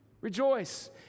Rejoice